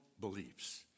beliefs